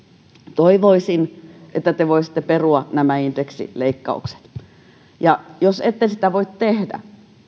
toivoisin että te voisitte perua nämä indeksileikkaukset ja jos ette sitä voi tehdä